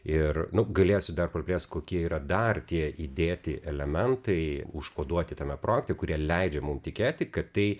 ir nu galėsiu dar praplėst kokie yra dar tie įdėti elementai užkoduoti tame projekte kurie leidžia mum tikėti kad tai